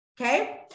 Okay